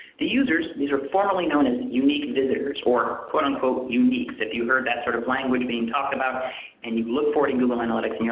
the users, these are formally known as unique visitors, or quote unquote but unique. if you've heard that sort of language being talked about and you've looked for in google analytics, and you